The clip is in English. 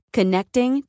Connecting